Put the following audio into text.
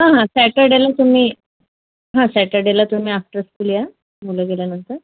हा हा सैटरडेला तुम्ही हा सैटरडेला तुम्ही आफ्टर स्कूल या मुलं गेल्यानंतर